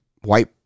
white